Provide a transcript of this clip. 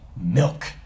milk